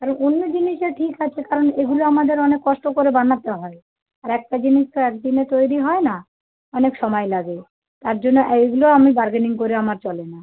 আর এমনি জিনিসে ঠিক আছে কারণ এগুলো আমাদের অনেক কষ্ট করে বানাতে হয় আর একটা জিনিস তো এক দিনে তৈরি হয় না অনেক সময় লাগে তার জন্য এইগুলো আমি বার্গেনিং করে আমার চলে না